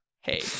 hey